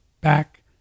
back